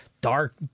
dark